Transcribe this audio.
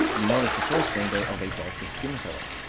you notice the first thing they're of a darker skin color.